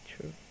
true